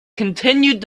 continued